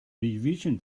revision